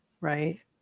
Right